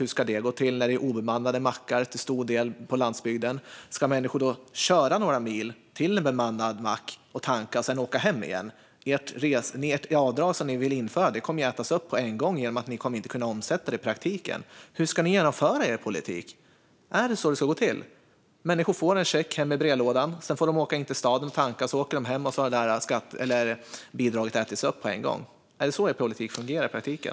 Hur ska detta gå till när det till stor del är obemannade mackar på landsbygden? Ska människor då köra några mil till en bemannad mack och tanka och sedan åka hem igen? Ert avdrag som ni vill införa kommer ju att ätas upp på en gång eftersom ni inte kommer att kunna omsätta det i praktiken. Hur ska ni genomföra er politik? Ska människor få en check hem i brevlådan och få åka in till stan och tanka och sedan hem igen, och så har bidraget ätits upp på en gång? Är det så er politik fungerar i praktiken?